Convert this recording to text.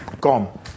gone